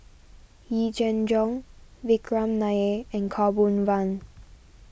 Yee Jenn Jong Vikram Nair and Khaw Boon Wan